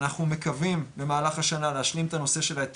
אנחנו מקווים במהלך השנה להשלים את הנושא של ההיתר